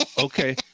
Okay